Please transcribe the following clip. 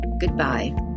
goodbye